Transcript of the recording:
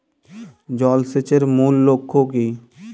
জল সেচের মূল লক্ষ্য কী?